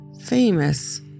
famous